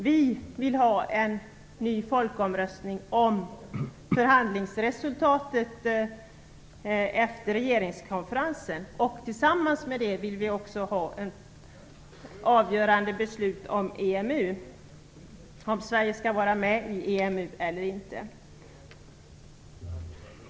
Vi vill ha en ny folkomröstning om förhandlingsresultatet efter regeringskonferensen, och tillsammans med den vill vi ha ett avgörande beslut om Sverige skall vara med i EMU eller inte.